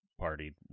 partied